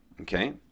Okay